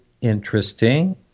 interesting